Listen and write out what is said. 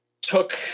took –